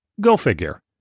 go-figure